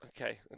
Okay